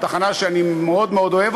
תחנה שאני מאוד מאוד אוהב,